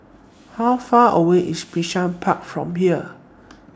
How Far away IS Bishan Park from here